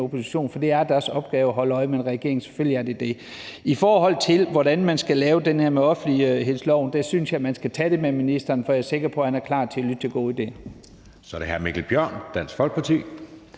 opposition, for det er deres opgave at holde øje med regeringen. Selvfølgelig er det det. I forhold til hvordan man skal lave det her med offentlighedsloven, synes jeg, at man skal tage det med ministeren, for jeg er sikker på, at han er klar til at lytte til gode idéer.